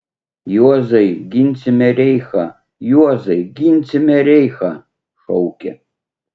juozai ginsime reichą juozai ginsime reichą šaukia